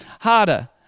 harder